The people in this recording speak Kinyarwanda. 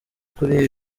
kuri